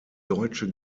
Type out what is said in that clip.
deutsche